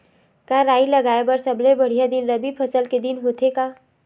का राई लगाय बर सबले बढ़िया दिन रबी फसल के दिन होथे का?